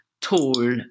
tall